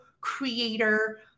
creator